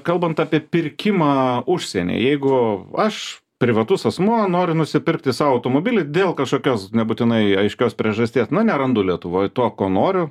kalbant apie pirkimą užsieny jeigu aš privatus asmuo noriu nusipirkti sau automobilį dėl kažkokios nebūtinai aiškios priežasties na nerandu lietuvoj to ko noriu